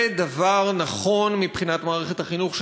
זה נכון מבחינת מערכת החינוך,